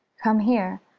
come here.